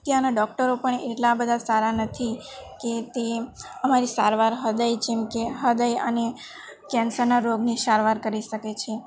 ત્યાંનાં ડૉક્ટરો પણ એટલા બધા સારા નથી કે તે અમારી સારવાર હૃદય જેમકે હૃદય અને કેન્સરના રોગની સારવાર કરી શકે છે